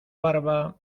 barba